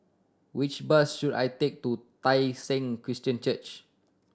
which bus should I take to Tai Seng Christian Church